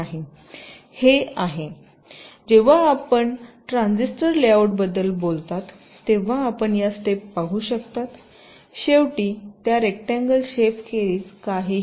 हे आहे जेव्हा आपण ट्रांझिस्टर लेआउटबद्दल बोलता तेव्हा आपण या स्टेप पाहू शकता शेवटी त्या रेकट्यांगल शेप खेरीज काहीही नाही